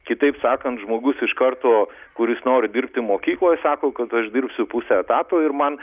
kitaip sakant žmogus iš karto kuris nori dirbti mokykloj sako kad aš dirbsiu pusę etato ir man